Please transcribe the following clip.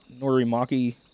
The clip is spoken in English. Norimaki